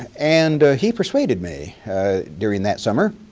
and he persuaded me during that summer